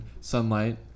sunlight